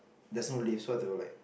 there's no lift so I had to like